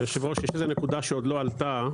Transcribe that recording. היושב ראש, יש נקודה שעוד לא עלתה.